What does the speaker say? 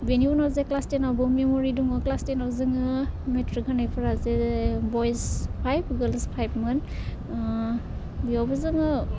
बेनि उनावबो जे क्लास टेनाव मेमरि दङ क्लास टेनाव जोङो मेट्रिक होनायफोरा जे बयस फाइभ गोर्लस फाइभ मोन बेयावबो जोङो